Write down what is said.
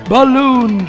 Balloon